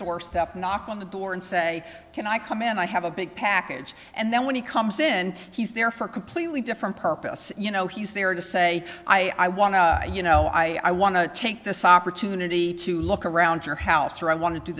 doorstep knock on the door and say can i come in and i have a big package and then when he comes in he's there for completely different purpose you know he's there to say i want to you know i i want to take this opportunity to look around your house or i want to do